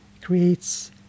Creates